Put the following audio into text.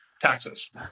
taxes